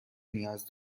نیاز